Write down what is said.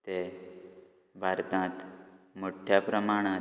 ते भारतांत मोठ्ठ्या प्रमाणांत